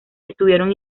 estuvieron